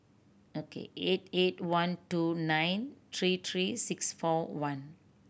Ok eight eight one two nine three three six four one